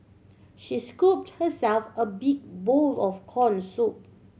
she scooped herself a big bowl of corn soup